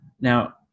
Now